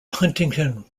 huntington